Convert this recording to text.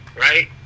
right